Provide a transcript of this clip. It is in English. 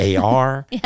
ar